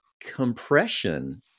compression